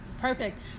perfect